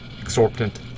exorbitant